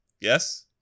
Yes